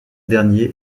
derniers